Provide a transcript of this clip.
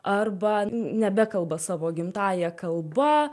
arba nebekalba savo gimtąja kalba